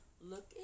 Look